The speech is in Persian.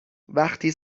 وقتی